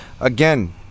Again